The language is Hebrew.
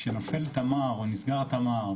כשנופל תמר או נסגר התמר,